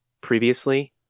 Previously